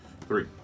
Three